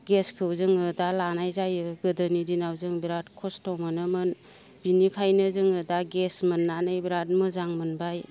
गेसखौ जोङो दा लानाय जायो गोदोनि दिनाव जों बिराद खस्त' मोनोमोन बेनिखायनो जोङो दा गेस मोननानै बिराद मोजां मोनबाय